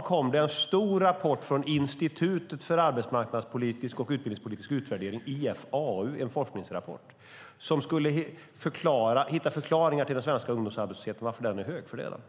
kom det häromdagen en stor forskningsrapport från Institutet för arbetsmarknads och utbildningspolitisk utvärdering, IFAU. De skulle hitta förklaringar till varför den svenska ungdomsarbetslösheten är hög - för det är den.